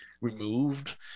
Removed